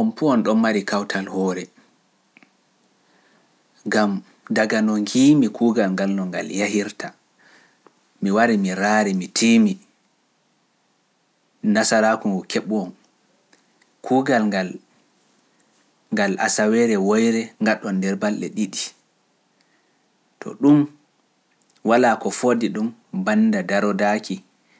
On puu on ɗon mari kawtal hoore, gam daga noon hiimi kuugal ngal no ngal yahirta, mi wari, mi raari, mi tiimi, Nasaraaku ngu keɓu on, kuugal ngal, ngal asaweere woyre ngaɗon nder balɗe ɗiɗi, to ɗum walaa ko foddi ɗum bannda darodaaki